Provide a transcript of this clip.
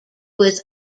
was